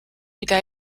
mida